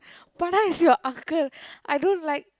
Pada is your uncle I don't like